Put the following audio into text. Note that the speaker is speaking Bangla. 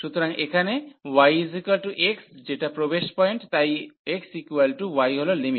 সুতরাং এখানে x y যেটা প্রবেশ পয়েন্ট তাই x y হল লিমিট